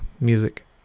music